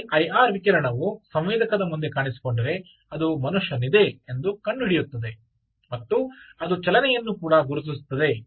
ಈ ಐಆರ್ ವಿಕಿರಣವು ಸಂವೇದಕದ ಮುಂದೆ ಕಾಣಿಸಿಕೊಂಡರೆ ಅದು ಮನುಷ್ಯನಿದೆ ಎಂದು ಕಂಡು ಹಿಡಿಯುತ್ತದೆ ಮತ್ತು ಅದು ಚಲನೆಯನ್ನು ಕೂಡ ಗುರುತಿಸುತ್ತದೆ